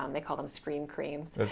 um they call them scream creams.